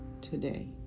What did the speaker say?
today